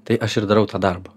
tai aš ir darau tą darbą